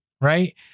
right